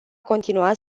continua